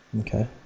Okay